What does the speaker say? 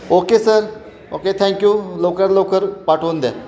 okay sir okay thank you लवकरात लवकर पाठवून द्या